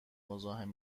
مزاحم